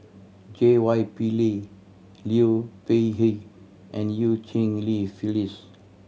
J Y Pillay Liu Peihe and Eu Cheng Li Phyllis